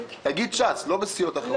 לא "בסיעות אחרות".